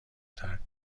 ترک